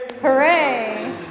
Hooray